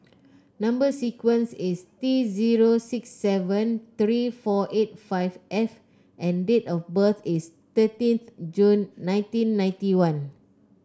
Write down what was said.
number sequence is T zero six seven three four eight five F and date of birth is thirteenth June nineteen ninety one